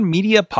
Media